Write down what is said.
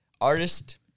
artist